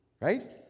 Right